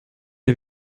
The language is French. des